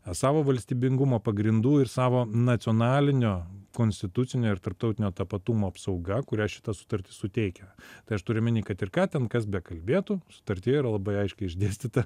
savo valstybingumo pagrindų ir savo nacionalinio konstitucinio ir tarptautinio tapatumo apsauga kurią šita sutartis suteikia tai aš turiu omeny kad ir ką ten kas bekalbėtų sutartyje yra labai aiškiai išdėstyta